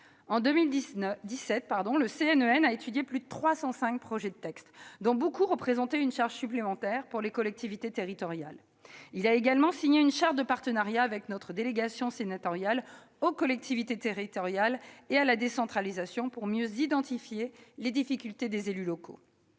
En 2017, le CNEN a étudié plus de 350 projets de texte, dont beaucoup représentaient une charge supplémentaire pour les collectivités territoriales. Il a également signé une charte de partenariat avec notre délégation sénatoriale aux collectivités territoriales et à la décentralisation, pour mieux identifier les difficultés des élus locaux.